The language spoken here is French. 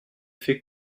fait